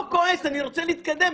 לא כועס, אני רוצה להתקדם.